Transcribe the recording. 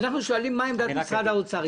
אנחנו שואלים עכשיו מה עמדת משרד האוצר.